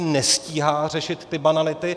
Nestíhá řešit ty banality.